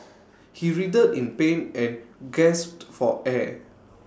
he writhed in pain and gasped for air